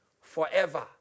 forever